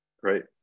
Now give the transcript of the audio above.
Great